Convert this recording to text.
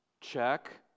check